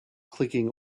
clicking